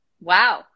Wow